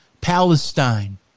Palestine